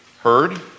heard